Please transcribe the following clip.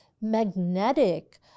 magnetic